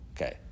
okay